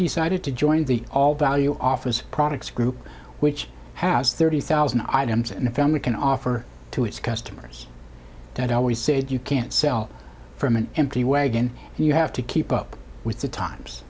decided to join the all value office products group which has thirty thousand items in the family can offer to its customers that always said you can't sell from an empty wagon and you have to keep up with the times